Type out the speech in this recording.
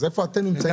איפה אתם נמצאים?